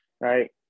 Right